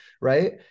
right